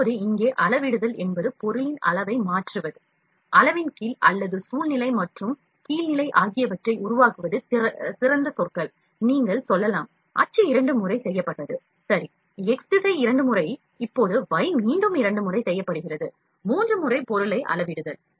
இப்போது இங்கே அளவிடுதல் என்பது பொருளின் அளவை மாற்றுவது அளவை விட அதிகமாக மாற்றுவது அளவின் கீழ் அல்லது மேல்தட்டு மற்றும் கீழ்நிலை ஆகியவை சிறந்த சொற்கள் நீங்கள் அச்சு இருமடங்காக செய்யப்பட்டது என்று சொல்லலாம் சரி x திசை இருமடங்காக செய்யப்பட்டது இப்போது y மீண்டும் இருமடங்காக செய்யப்படுகிறது மும்மடங்காக நாம் பொருளை அளவிடுகிறோம்